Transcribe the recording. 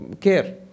care